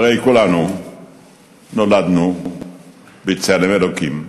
הרי כולנו נולדנו בצלם אלוקים,